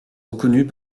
reconnus